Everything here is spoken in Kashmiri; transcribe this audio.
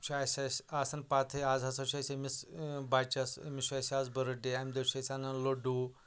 چھُ اَسہِ اَسہِ آسان پَتہٕ ہٕے آز ہَسا چھُ اَسہِ أمِس بَچَس أمِس چھُ اَسہِ آز بٔرٕڑ ڈے اَمہِ دۄہ چھِ أسۍ اَنان لَڈوٗ